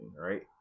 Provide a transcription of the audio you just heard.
right